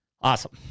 Awesome